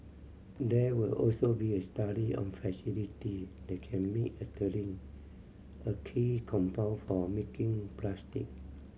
there will also be a study on facility that can make ethylene a key compound for making plastic